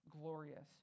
glorious